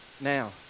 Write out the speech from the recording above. Now